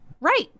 Right